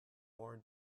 more